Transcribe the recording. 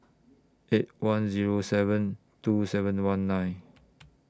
eight one Zero seven two seven one nine